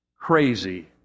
crazy